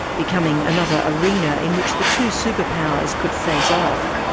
becoming another arena in which the two superpowers could face off.